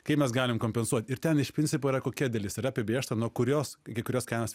kai mes galim kompensuot ir ten iš principo yra kokia dalis yra apibrėžta nuo kurios iki kurios kainos